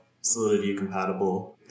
solidity-compatible